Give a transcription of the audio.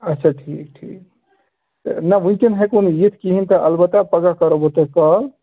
آچھا ٹھیٖک ٹھیٖک تہٕ نہ وٕنۍکٮ۪ن ہٮ۪کو نہٕ یِتھ کِہیٖنۍ تہٕ اَلبتہ پگاہ کَرو بہٕ تۄہہِ کال